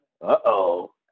Uh-oh